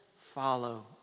follow